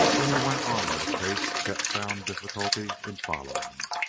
then he went on at a pace chet found difficulty in following,